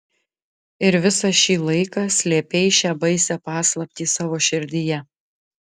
ir visą šį laiką slėpei šią baisią paslaptį savo širdyje